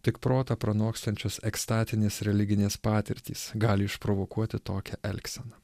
tik protą pranokstančios ekstatinės religinės patirtys gali išprovokuoti tokią elgseną